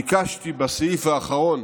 ביקשתי בסעיף האחרון